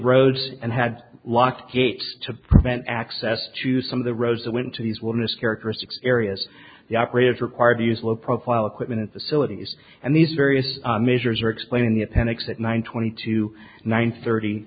roads and had locked gates to prevent access to some of the roads that went to these will miss characteristics areas the operators required to use low profile equipment and facilities and these various measures are explaining the appendix at nine twenty two nine thirty